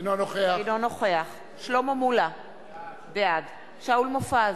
אינו נוכח שלמה מולה, בעד שאול מופז,